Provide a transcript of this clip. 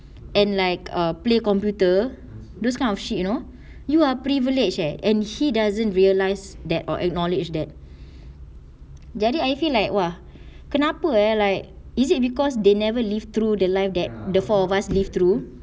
and like err play computer those kind of shit you know you are privileged eh and he doesn't realize that or acknowledge that jadi I feel like !wah! kenapa eh like is it because they never live through the life that the four of us live through